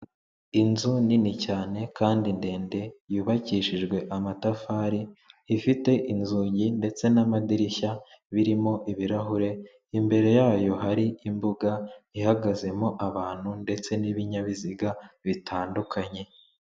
Inzu nini cyane kandi ndende yubakishijwe amatafari, ifite inzugi ndetse n'amadirishya birimo ibirahure imbere yayo hari imbuga ihagazemo abantu ndetse n'ibinyabiziga bitandukanye.